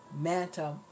Manta